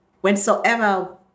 whensoever